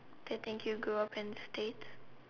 to think you grew up in states